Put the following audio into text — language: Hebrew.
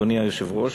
אדוני היושב-ראש,